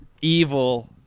evil